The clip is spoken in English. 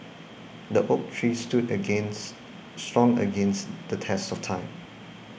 the oak tree stood against strong against the test of time